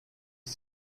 ich